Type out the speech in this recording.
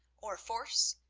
or force,